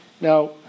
Now